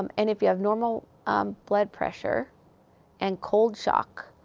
um and if you have normal blood pressure and cold shock,